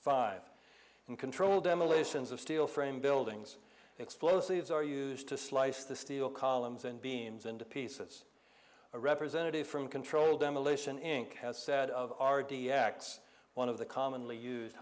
five and controlled demolitions of steel framed buildings explosives are used to slice the steel columns and beams into pieces a representative from controlled demolition inc has said of r d x one of the commonly used